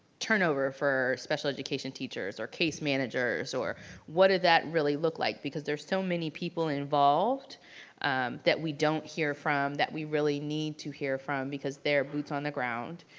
turnover for special education teachers, or case managers, or what does that really look like? because there's so many people involved that we don't hear from that we really need to hear from because they are boots on the ground,